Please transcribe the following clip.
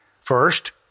First